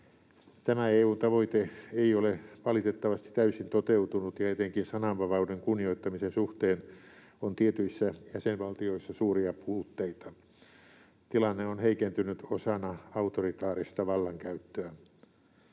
Tämä EU:n tavoite ei ole valitettavasti täysin toteutunut, ja etenkin sananvapauden kunnioittamisen suhteen on tietyissä jäsenvaltioissa suuria puutteita. Tilanne on heikentynyt osana autoritaarista vallankäyttöä.